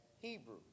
Hebrew